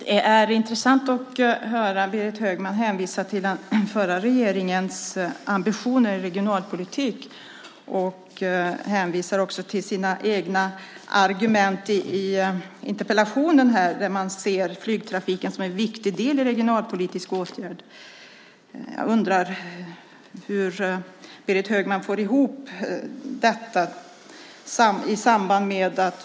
Herr talman! Det är intressant att höra Berit Högman hänvisa till den förra regeringens ambitioner i regionalpolitiken. Hon hänvisar också till sina egna argument i interpellationen där hon ser flygtrafiken som en viktig del i en regionalpolitisk åtgärd. Jag undrar hur Berit Högman får ihop det.